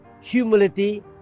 humility